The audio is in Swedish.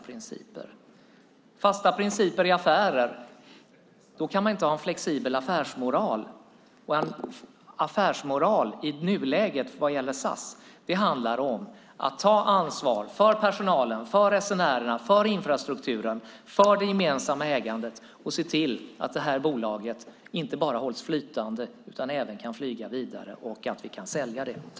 Har man fasta principer i affärer kan man inte ha en flexibel affärsmoral. Och en affärsmoral i nuläget när det gäller SAS handlar om att ta ansvar för personalen, resenärerna, infrastrukturen och det gemensamma ägandet och se till att bolaget inte bara hålls flytande utan även kan flyga vidare och att vi kan sälja det.